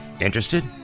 Interested